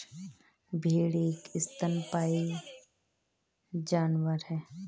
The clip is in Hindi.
भेड़ एक स्तनपायी जानवर है